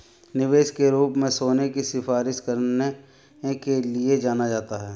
निवेश के रूप में सोने की सिफारिश करने के लिए जाना जाता है